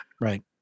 right